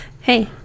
Hey